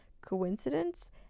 Coincidence